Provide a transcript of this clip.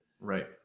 Right